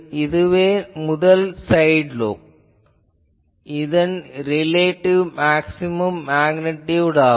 இதுவே முதல் side lobe இதன் ரிலேட்டிவ் மேக்ஸ்சிமம் மேக்னிடியூட் ஆகும்